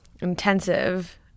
intensive